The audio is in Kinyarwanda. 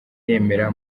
yemera